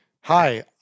Hi